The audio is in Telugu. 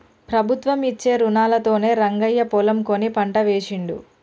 ప్రభుత్వం ఇచ్చే రుణాలతోనే రంగయ్య పొలం కొని పంట వేశిండు